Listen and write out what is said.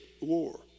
war